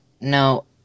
No